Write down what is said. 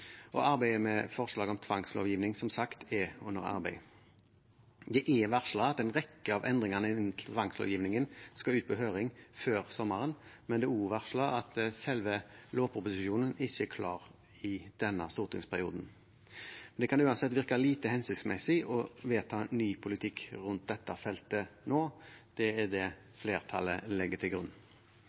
og arbeidet med et forslag om tvangslovgivning som sagt er under arbeid. Regjeringen har varslet at en rekke av endringene i tvangslovgivningen skal ut på høring før sommeren, men det er også varslet at selve lovproposisjonen ikke er klar i denne stortingsperioden. Det kan uansett virke lite hensiktsmessig å vedta ny politikk rundt dette feltet nå. Det er det flertallet legger til grunn.